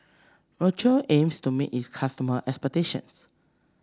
aims to meet its customers' expectations